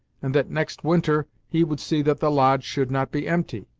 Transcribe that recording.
and that, next winter, he would see that the lodge should not be empty.